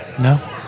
No